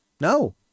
No